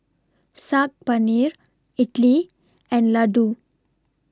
Saag Paneer Idili and Ladoo